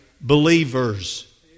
believers